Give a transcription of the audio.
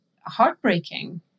heartbreaking